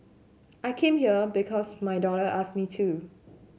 I came here because my daughter asked me to